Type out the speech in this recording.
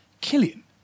Killian